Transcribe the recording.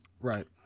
right